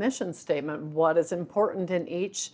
mission statement what is important in each